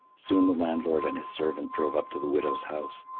soon the landlord and his servant drove up to the widow's house.